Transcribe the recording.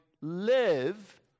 live